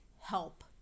help